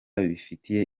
bifitiye